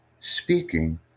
speaking